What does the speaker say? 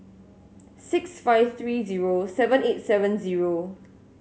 six five three zero seven eight seven zero